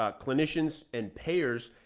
um clinicians and payers,